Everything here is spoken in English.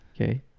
Okay